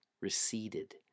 receded